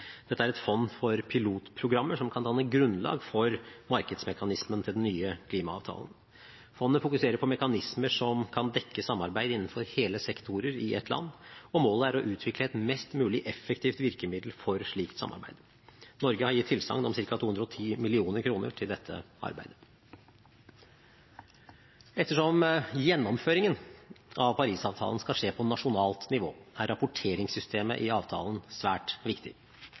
Dette er et fond for pilotprogrammer som kan danne grunnlag for markedsmekanismen til den nye klimaavtalen. Fondet fokuserer på mekanismer som kan dekke samarbeid innenfor hele sektorer i et land, og målet er å utvikle et mest mulig effektivt virkemiddel for slikt samarbeid. Norge har gitt tilsagn om ca. 210 mill. kr til dette arbeidet. Ettersom gjennomføringen av Paris-avtalen skal skje på nasjonalt nivå, er rapporteringssystemet i avtalen svært viktig.